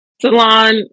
salon